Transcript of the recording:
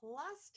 Plus